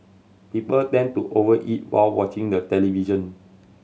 people tend to overeat while watching the television